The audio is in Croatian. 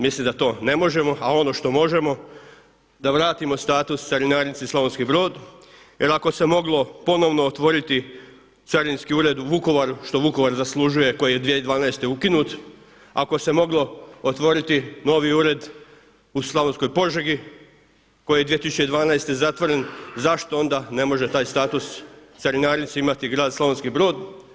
Mislim da to ne možemo a ono što možemo da vratimo status carinarnici Slavonski Brod, jer ako se moglo ponovno otvoriti carinski ured u Vukovaru, što Vukovar zaslužuje koji je 2012. ukinut, ako se moglo otvoriti novi ured u Slavonskoj Požegi koji je 2012. zatvoren zašto onda ne može taj status carinarnice imati grad Slavonski brod?